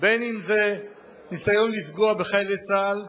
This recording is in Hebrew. בין שזה ניסיון לפגוע בחיילי צה"ל,